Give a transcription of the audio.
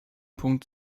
punkt